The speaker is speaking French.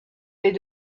est